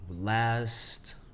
last